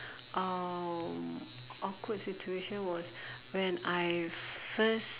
um awkward situation was when I first